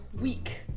week